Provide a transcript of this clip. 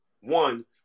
One